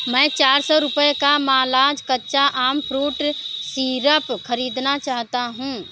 मैं चार रुपये का मालाज़ कच्चा आम फ्रूट सिरप ख़रीदना चाहता हूँ